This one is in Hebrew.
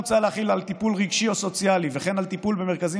מוצע להחיל על טיפול רגשי או סוציאלי ועל טיפול במרכזים